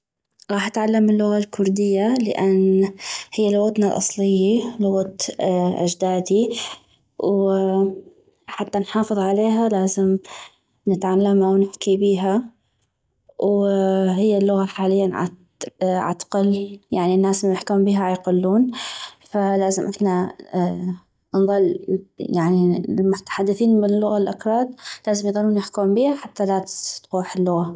غاح اتعلم اللغة الكردية لان هي لغتنا الأصليي لغة أجدادي وحتى نحافظ عليها لازم نتعلما ونحكي بيها وهي اللغة حالياً يعني عتقل يعني الي الناس الي يحكون بيها عيقلون فلازم احنا نظل يعني المتحدثين مال لغة الأكراد لازم يظلون يحكون بيها حتى لا تغوح اللغة